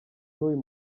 n’uyu